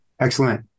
Excellent